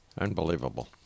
Unbelievable